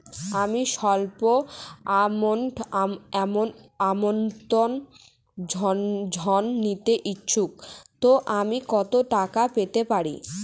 আমি সল্প আমৌন্ট ঋণ নিতে ইচ্ছুক তো আমি কত টাকা পেতে পারি?